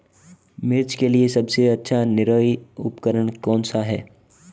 मिर्च के लिए सबसे अच्छा निराई उपकरण कौनसा है?